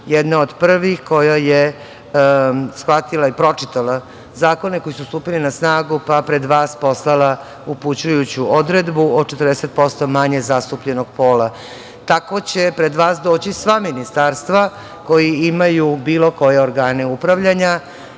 jedna od prvih koja je shvatila i pročitala zakone koji su stupili na snagu, pa pred vas poslala upućujuću odredbu o 40% manje zastupljenog pola. Tako će pred vas doći sva ministarstva koja imaju bilo koje organe upravljanja,